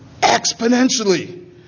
exponentially